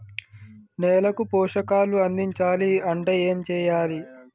నేలకు పోషకాలు అందించాలి అంటే ఏం చెయ్యాలి?